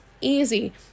Easy